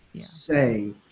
say